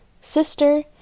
sister